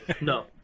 No